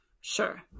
Sure